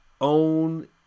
own